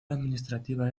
administrativa